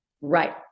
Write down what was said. Right